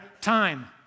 time